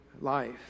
life